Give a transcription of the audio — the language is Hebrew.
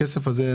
הכסף הזה,